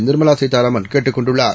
நிர்மலா சீதாராமன் கேட்டுக் கொண்டுள்ளார்